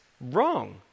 wrong